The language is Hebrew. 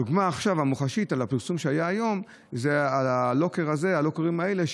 הדוגמה המוחשית היא הפרסום שהיה היום על הלוקרים האלה,